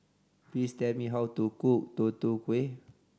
please tell me how to cook Tutu Kueh